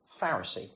Pharisee